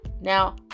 Now